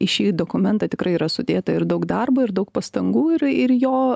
į šį dokumentą tikrai yra sudėta ir daug darbo ir daug pastangų ir ir jo